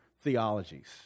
theologies